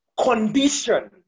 Condition